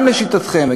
גם לשיטתכם,